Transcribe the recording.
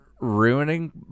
ruining